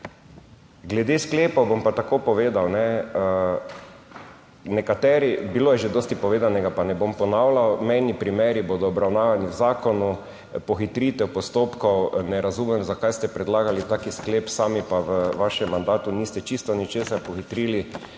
TRAK: (SC) – 15.45 (nadaljevanje) bilo je že dosti povedanega, pa ne bom ponavljal, mejni primeri bodo obravnavani v zakonu. Pohitritev postopkov. Ne razumem, zakaj ste predlagali tak sklep, sami pa v vašem mandatu niste čisto ničesar pohitrili.